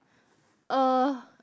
uh